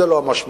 זה לא המשמעות.